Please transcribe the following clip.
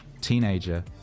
teenager